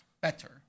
better